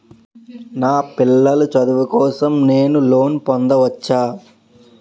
నా పిల్లల చదువు కోసం నేను లోన్ పొందవచ్చా?